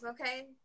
okay